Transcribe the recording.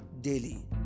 daily